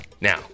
now